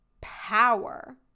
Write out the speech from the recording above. power